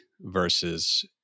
versus